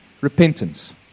repentance